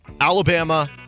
Alabama